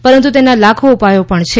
પરંતુ તેના લાખો ઉપાયો પણ છે